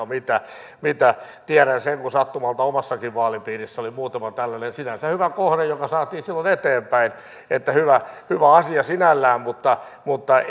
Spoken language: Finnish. mitä mitä tiedän sen kun sattumalta omassakin vaalipiirissäni oli muutama tällainen sinänsä hyvä kohde joita saatiin silloin eteenpäin että hyvä hyvä asia sinällään mutta mutta